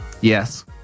Yes